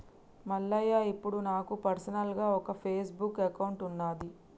మల్లయ్య ఇప్పుడు నాకు పర్సనల్గా ఒక ఫేస్బుక్ అకౌంట్ ఉన్నది